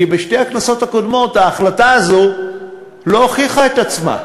כי בשתי הכנסות הקודמות ההחלטה הזאת לא הוכיחה את עצמה.